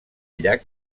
llac